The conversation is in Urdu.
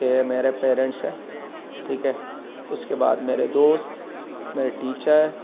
کہ میرے پیرنٹس ہیں ٹھیک ہے اس کے بعد میرے دوست میرے ٹیچر